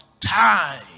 time